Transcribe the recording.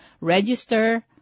register